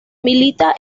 milita